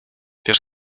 wiesz